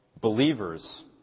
believers